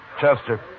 Chester